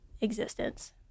existence